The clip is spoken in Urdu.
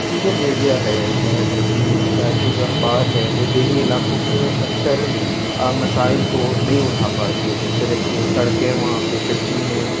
کی جو میڈیا ہے شہر کی شہر کے جو اخبار ہے وہ دیہی علاقوں کے اکثر مسائل کو نہیں اٹھا پاتی ہے جس طرح کی سڑکیں وہاں پہ کچی ہیں